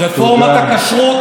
רפורמת הכשרות,